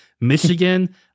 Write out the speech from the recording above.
Michigan